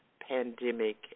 pandemic